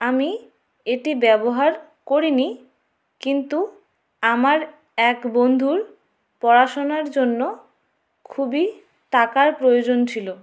আমি এটি ব্যবহার করি নি কিন্তু আমার এক বন্ধুর পড়াশোনার জন্য খুবই টাকার প্রয়োজন ছিলো